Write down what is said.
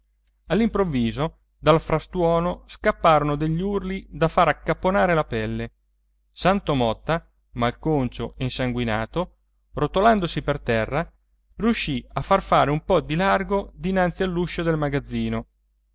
all'improvviso dal frastuono scapparono degli urli da far accapponare la pelle santo motta malconcio e insanguinato rotolandosi per terra riescì a far fare un po di largo dinanzi all'uscio del magazzino